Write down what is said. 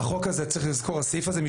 צריך לזכור שהחוק הזה,